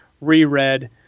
reread